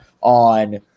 on